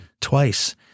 twice